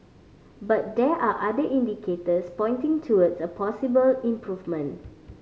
but there are other indicators pointing towards a possible improvement